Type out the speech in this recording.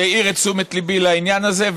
שהעיר את תשומת ליבי לעניין הזה,